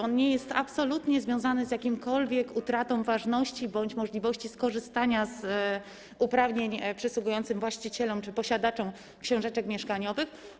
On nie jest absolutnie związany z jakąkolwiek utratą ważności bądź możliwości skorzystania z uprawnień przysługującym właścicielom czy posiadaczom książeczek mieszkaniowych.